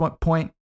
point